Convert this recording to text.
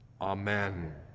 Amen